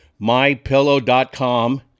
mypillow.com